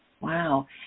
Wow